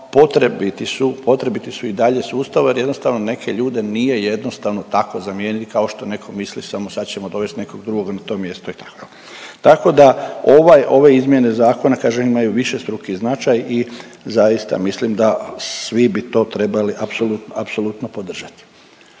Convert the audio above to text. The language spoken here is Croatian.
potrebiti su i dalje sustavu jer jednostavno neke ljude nije jednostavno tako zamijeniti kao što netko misli, samo sad ćemo dovest nekog drugog na to mjesto i tako. Tako da ovaj, ove izmjene zakona kažem imaju višestruki značaj i zaista mislim da svi bi to trebali apsolutno, apsolutno